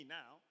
now